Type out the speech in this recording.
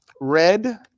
red